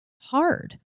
hard